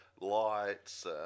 lights